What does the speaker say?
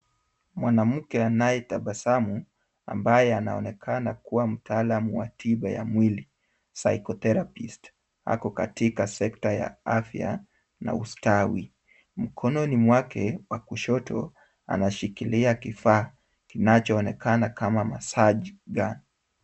Mwanamke anayetabasamu ambaye anaonekana kuwa mtaalam wa tiba ya mwili psychotherapist ako katika sekta ya afya na ustawi. Mkononi mwake wa kushoto, anashikilia kifaa kinachoonekana kama massage gun .